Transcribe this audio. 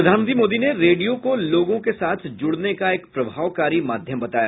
प्रधानमंत्री मोदी ने रेडियो को लोगों के साथ जुड़ने का एक प्रभावकारी माध्यम बताया